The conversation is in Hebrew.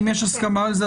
אם יש הסכמה על זה,